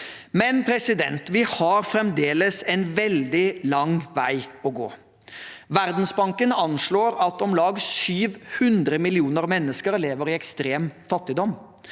Men vi har fremdeles en veldig lang vei å gå. Verdensbanken anslår at om lag 700 millioner mennesker lever i ekstrem fattigdom,